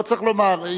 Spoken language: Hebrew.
לא צריך לומר,